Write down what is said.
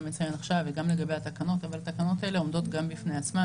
וגם לגבי התקנות אבל התקנות האלה עומדות גם בפני עצמן.